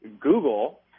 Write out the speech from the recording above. Google